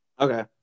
Okay